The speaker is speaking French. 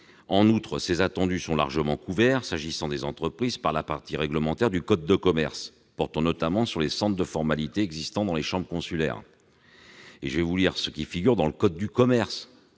En outre, ses attendus sont largement couverts, s'agissant des entreprises, par la partie réglementaire du code de commerce, portant notamment sur les centres de formalités existant dans les chambres consulaires. Ainsi, l'article D. 711-10 du code de commerce